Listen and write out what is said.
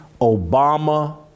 Obama